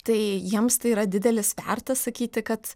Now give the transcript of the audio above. tai jiems tai yra didelis svertas sakyti kad